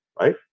right